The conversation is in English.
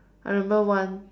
I remember one